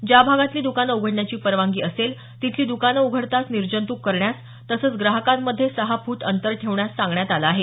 ज्या भागातली दकानं उघडण्याची परवानगी असेल तिथली दकानं उघडताच निर्जंतुक करण्यास तसंच ग्राहकांमध्ये सहा फूट अंतर ठेवण्यास सांगण्यात आलं आहे